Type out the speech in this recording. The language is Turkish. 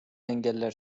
engeller